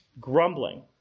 Grumbling